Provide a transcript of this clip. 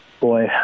boy